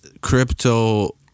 crypto